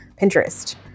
Pinterest